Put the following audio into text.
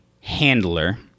handler